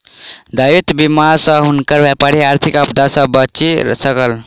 दायित्व बीमा सॅ हुनकर व्यापार आर्थिक आपदा सॅ बचि सकल